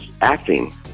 acting